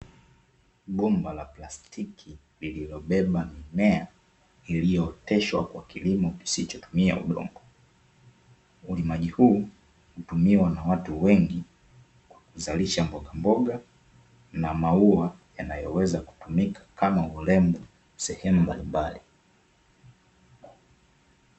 Bomba la plastiki lilobeba mimea iliyooteshwa kwa kilimo kisichotumia udongo. Ulimaji huu hutumiwa na watu wengi kuzalisha mbogamboga na maua yanayoweza kupambika kama urembo sehemu mbalimbali.